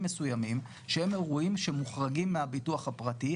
מסוימים שהם אירועים שמוחרגים מהביטוח הפרטי,